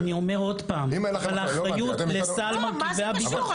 מה זה קשור?